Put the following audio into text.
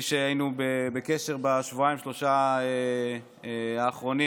היינו בקשר בשבועיים-שלושה האחרונים,